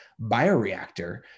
bioreactor